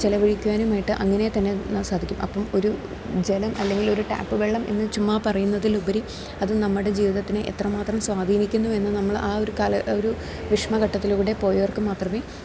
ചെലവഴിക്കാനുമായിട്ട് അങ്ങനെ തന്നെ സാധിക്കും അപ്പം ഒരു ജലം അല്ലെങ്കിൽ ഒരു ടാപ്പ് വെള്ളം എന്ന് ചുമ്മാ പറയുന്നതിലുപരി അത് നമ്മുടെ ജീവിതത്തിനെ എത്ര മാത്രം സ്വാധീനിക്കുന്നു എന്ന് നമ്മൾ ആ ഒരു കാല ഒരു വിഷമഘട്ടത്തിലൂടെ പോയവർക്ക് മാത്രമേ